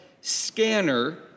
scanner